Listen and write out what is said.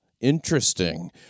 Interesting